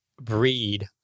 breed